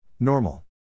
Normal